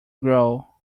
grow